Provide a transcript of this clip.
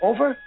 Over